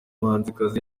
muhanzikazi